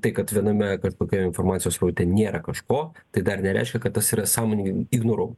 tai kad viename kažkokiame informacijos sraute nėra kažko tai dar nereiškia kad tas yra sąmoningai ignoruojama